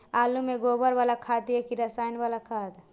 आलु में गोबर बाला खाद दियै कि रसायन बाला खाद?